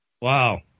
Wow